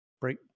break